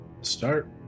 Start